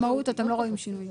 מבחינת מהות אין שינוי?